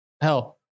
hell